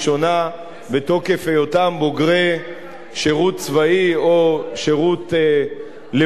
חינם בתוקף היותם בוגרי שירות צבאי או שירות לאומי.